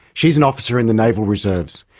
she's an officer in the naval reserves.